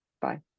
bye